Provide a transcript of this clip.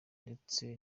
ndetse